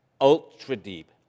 ultra-deep